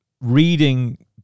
reading